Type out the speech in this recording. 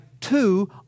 two